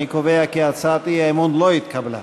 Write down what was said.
אני קובע כי הצעת האי-אמון לא התקבלה.